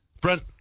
Brent